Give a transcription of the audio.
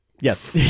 Yes